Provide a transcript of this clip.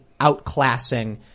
outclassing